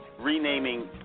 renaming